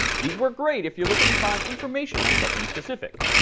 these work great if you're looking to find information on something specific.